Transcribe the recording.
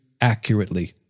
accurately